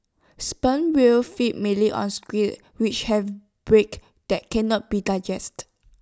sperm whales feed mainly on squid which have beaks that cannot be digested